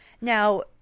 Now